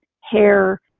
hair